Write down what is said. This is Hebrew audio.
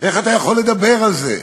איך אתה יכול לדבר על זה?